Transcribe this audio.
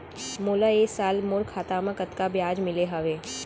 मोला ए साल मोर खाता म कतका ब्याज मिले हवये?